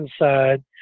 inside